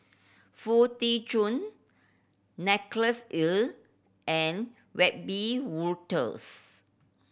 Foo Tee Jun Nicholas Ee and Wiebe Wolters